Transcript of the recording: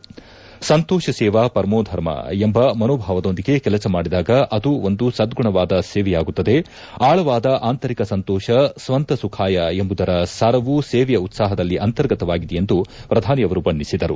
ಸಂತೋಷ ಸೇವಾ ಪರಮೋ ಧರ್ಮ ಎಂಬ ಮನೋಭಾವದೊಂದಿಗೆ ಕೆಲಸ ಮಾಡಿದಾಗ ಅದು ಒಂದು ಸದ್ದುಣವಾದ ಸೇವೆಯಾಗುತ್ತದೆ ಆಳವಾದ ಆಂತರಿಕ ಸಂತೋಷ ಸ್ಲಂತಾ ಸುಖಾಯ ಎಂಬುದರ ಸಾರವು ಸೇವೆಯ ಉತ್ಪಾಹದಲ್ಲಿ ಅಂತರ್ಗತವಾಗಿದೆ ಎಂದು ಪ್ರಧಾನಿ ಅವರು ಬಣ್ಣಿಸಿದರು